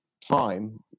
time